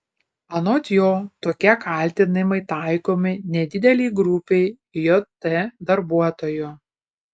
anot jo tokie kaltinimai taikomi nedidelei grupei jt darbuotojų